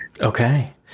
Okay